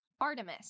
Artemis